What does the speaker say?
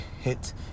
hit